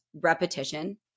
repetition